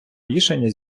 рішення